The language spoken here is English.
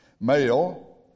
male